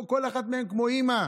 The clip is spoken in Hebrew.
כל אחת מהן היא כמו אימא.